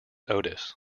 otis